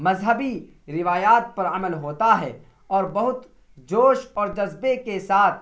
مذہبی روایات پر عمل ہوتا ہے اور بہت جوش اور جذبے کے ساتھ